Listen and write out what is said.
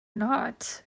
not